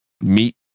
meet